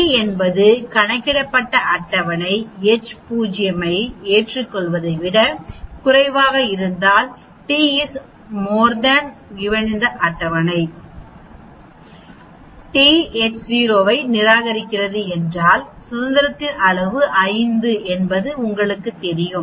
T என்பது கணக்கிடப்பட்ட அட்டவணை H0 ஐ ஏற்றுக்கொள்வதை விட குறைவாக இருந்தால் t அட்டவணை t H0 ஐ நிராகரிக்கிறது என்றால் சுதந்திரத்தின் அளவு 5 என்பது உங்களுக்குத் தெரியும்